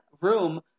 room